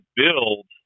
build